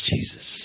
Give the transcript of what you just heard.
Jesus